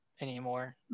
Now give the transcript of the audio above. anymore